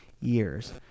years